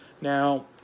Now